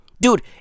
Dude